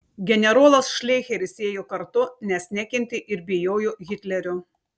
generolas šleicheris ėjo kartu nes nekentė ir bijojo hitlerio